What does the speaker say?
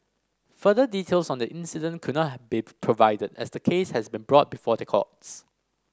further details on the incident could not have be provided as the case has been brought before the courts